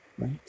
right